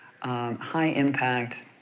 high-impact